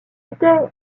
était